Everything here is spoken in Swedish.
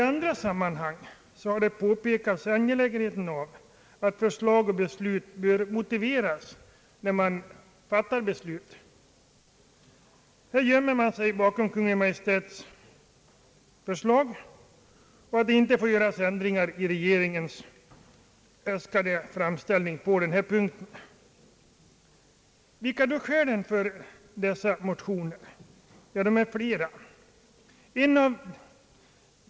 I andra sammanhang har påpekats angelägenheten av att förslag och beslut motiveras. Här gömmer sig utskottet bakom Kungl. Maj:ts förslag och säger att ändringar inte bör göras i regeringens äskande på den här punkten. Vilka är då skälen för motionerna? De är flera.